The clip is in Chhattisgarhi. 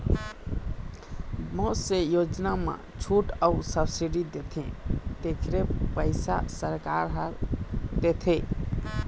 बहुत से योजना म छूट अउ सब्सिडी देथे तेखरो पइसा सरकार ह देथे